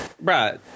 bro